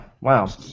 wow